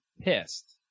pissed